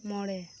ᱢᱚᱬᱮ